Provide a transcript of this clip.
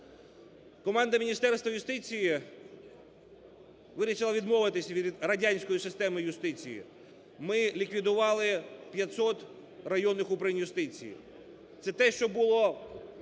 Команда Міністерства юстиції вирішили відмовитися від радянської системи юстиції. Ми ліквідували 500 районних управлінь юстиції, це те, що було